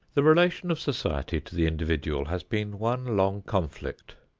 the relation of society to the individual has been one long conflict.